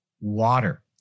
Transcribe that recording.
water